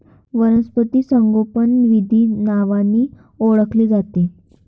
वनस्पती संगोपन विविध नावांनी ओळखले जाते